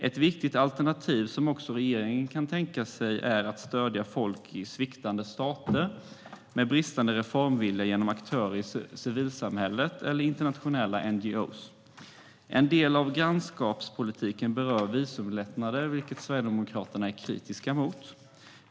Ett viktigt alternativ som också regeringen kan tänka sig är att stödja folk i sviktande stater med bristande reformvilja genom aktörer i civilsamhället eller internationella NGO:er. En del av grannskapspolitiken berör visumlättnader, vilket är något Sverigedemokraterna är kritiska mot.